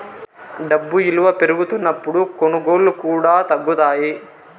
డబ్బు ఇలువ పెరుగుతున్నప్పుడు కొనుగోళ్ళు కూడా తగ్గుతాయి